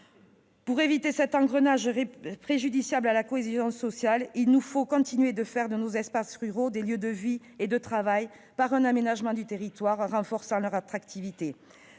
Pour éviter un engrenage préjudiciable à la cohésion sociale, il nous faut continuer de faire de nos espaces ruraux des lieux de vie et de travail, par un aménagement du territoire renforçant leur attractivité.